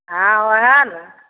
हॅं ओहए ने